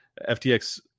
FTX